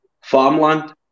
farmland